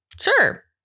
Sure